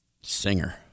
Singer